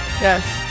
Yes